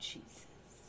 Jesus